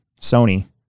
Sony